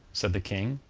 said the king,